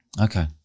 okay